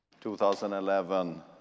2011